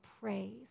praise